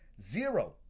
Zero